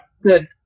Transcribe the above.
Good